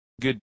good